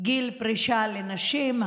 גיל פרישה לנשים,